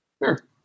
Sure